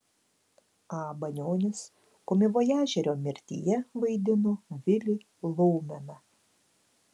a banionis komivojažerio mirtyje vaidino vilį lomeną